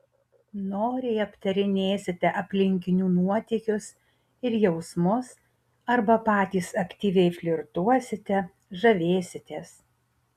noriai aptarinėsite aplinkinių nuotykius ir jausmus arba patys aktyviai flirtuosite žavėsitės